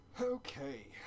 Okay